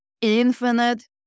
infinite